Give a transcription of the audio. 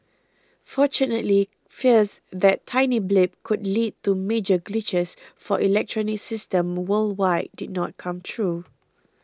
fortunately fears that tiny blip could lead to major glitches for electronic systems worldwide did not come true